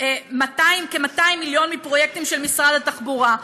כ-200 מיליון מפרויקטים של משרד התחבורה,